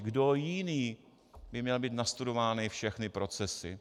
Kdo jiný by měl mít nastudovány všechny procesy?